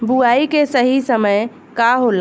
बुआई के सही समय का होला?